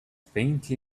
faintly